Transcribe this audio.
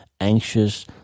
anxious